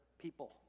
people